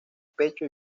pecho